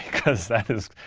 because that is,